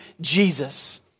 Jesus